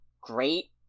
great